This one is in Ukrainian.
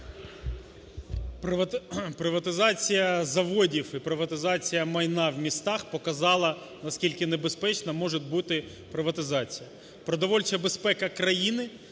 Приватизація заводів і приватизація майна в містах показала, наскільки небезпечна може бути приватизація. Продовольча безпека країни